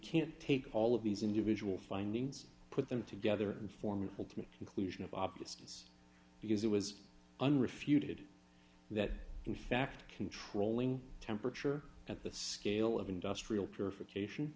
can't take all of these individual findings put them together and form an ultimate conclusion of obviousness because it was unrefuted that in fact controlling temperature at the scale of industrial purification